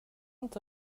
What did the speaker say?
inte